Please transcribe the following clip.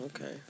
Okay